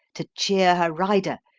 to cheer her rider,